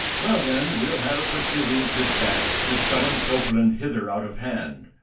well, then we'll have a pursiuvant despatched, to summon copland hither out of hand,